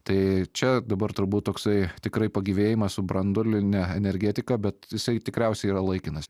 tai čia dabar turbūt toksai tikrai pagyvėjimas su branduoline energetika bet jisai tikriausiai yra laikinas